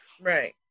Right